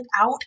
out